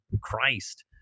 Christ